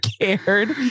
cared